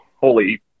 holy